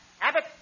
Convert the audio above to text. Abbott